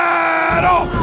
Battle